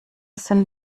sind